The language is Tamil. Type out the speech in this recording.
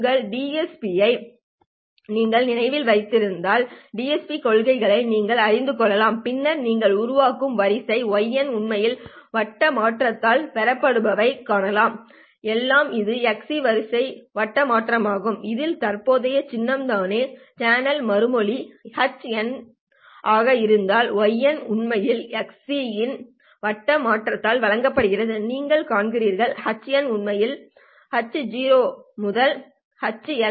உங்கள் DSPயை நீங்கள் நினைவில் வைத்திருந்தால் டிஎஸ்பி கொள்கைகளை நீங்கள் அறிந்து கொள்ளலாம் பின்னர் நீங்கள் உருவாக்கும் வரிசை y உண்மையில் வட்ட மாற்றத்தால் பெறப்படுவதைக் காணலாம் எனவே இது xc வரிசையின் வட்ட மாற்றமாகும் இதில் தற்போதைய சின்னம் தானே சேனல் மறுமொழி h ஆக இருப்பதால் y உண்மையில் xc இன் வட்ட மாற்றத்தால் வழங்கப்படுவதை நீங்கள் காண்கிறீர்கள் h உண்மையில் h to h